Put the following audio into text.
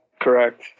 Correct